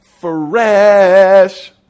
fresh